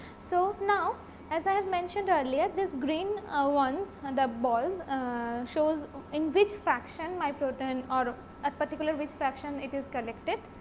so, now as i have mentioned earlier this green ah ones the balls um shows in which fraction my protein or at particular which fraction it is collected.